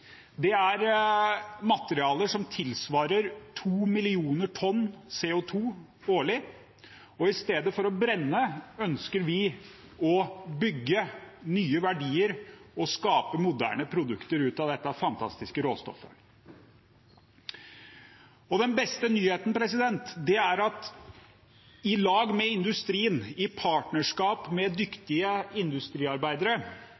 Det er materialer som tilsvarer 2 mill. tonn CO 2 årlig. I stedet for å brenne det ønsker vi å bygge nye verdier og skape moderne produkter av dette fantastiske råstoffet. Den beste nyheten er at i lag med industrien, i partnerskap med